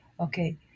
Okay